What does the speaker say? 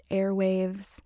airwaves